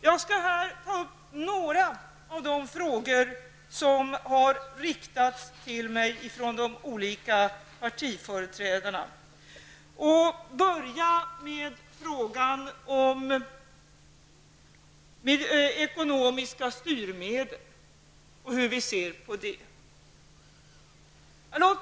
Jag skall här ta upp några av de frågor som de olika partiföreträdarna har riktat till mig, och jag börjar med frågan om ekonomiska styrmedel och hur vi ser på sådana.